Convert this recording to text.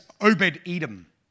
Obed-Edom